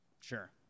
Sure